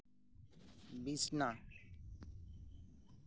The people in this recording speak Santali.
ᱵᱤᱪᱷᱱᱟ